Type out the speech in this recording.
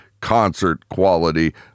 concert-quality